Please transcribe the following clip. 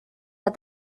but